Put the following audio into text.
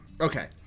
Okay